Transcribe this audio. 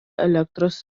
elektros